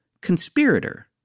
Conspirator